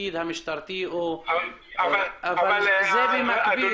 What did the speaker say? התפקיד המשטרתי, זה במקביל.